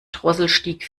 drosselstieg